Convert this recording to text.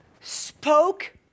spoke